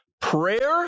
Prayer